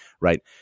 right